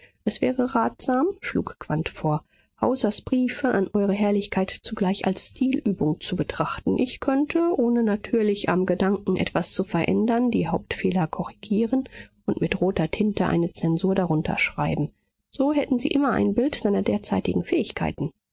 es wäre ratsam schlug quandt vor hausers briefe an eure herrlichkeit zugleich als stilübungen zu betrachten ich könnte ohne natürlich am gedanken etwas zu verändern die hauptfehler korrigieren und mit roter tinte eine zensur darunter schreiben so hätten sie immer ein bild seiner derzeitigen fähigkeiten